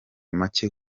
make